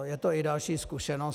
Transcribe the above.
Je to i další zkušenost.